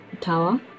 tower